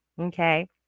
Okay